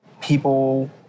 people